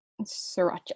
Sriracha